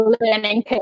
learning